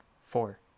four